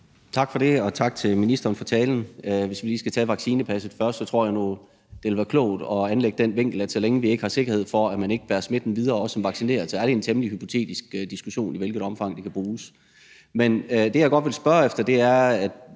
Tak for det, og tak til ministeren for talen. Hvis vi lige skal tage vaccinepasset først, tror jeg nu, at det ville være klogt at anlægge den vinkel, at så længe vi ikke har sikkerhed for, at man ikke bærer smitten videre, selv om man er vaccineret, er det en temmelig hypotetisk diskussion, i hvilket omfang det kan bruges. Men jeg vil godt spørge om noget